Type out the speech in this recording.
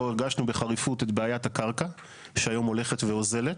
הרגשנו בחריפות את בעיית הקרקע שהיום הולכת ואוזלת